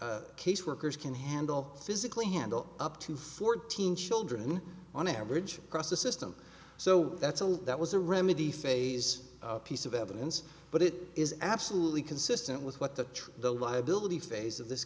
caseworkers can handle physically handle up to fourteen children on average across the system so that's all that was a remedy phase piece of evidence but it is absolutely consistent with what the the liability phase of this